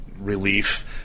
relief